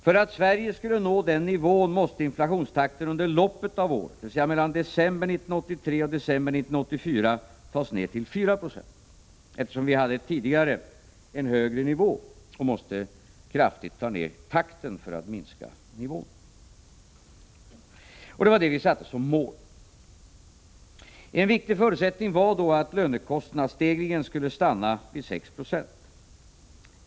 För att Sverige skulle nå den nivån måste inflationstakten under loppet av ett år, dvs. december 1983-december 1984, tas ned till 4 96, eftersom vi tidigare hade en högre nivå och måste kraftigt dra ner takten för att minska nivån. Det var det vi satte som mål. En viktig förutsättning var då att lönekostnadsstegringen skulle stanna vid 6 20.